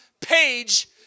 page